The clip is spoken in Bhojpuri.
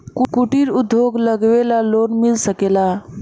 कुटिर उद्योग लगवेला लोन मिल सकेला?